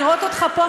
לראות אותך פה,